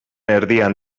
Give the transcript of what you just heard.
erdian